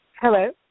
Hello